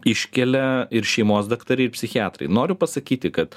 iškelia ir šeimos daktarai ir psichiatrai noriu pasakyti kad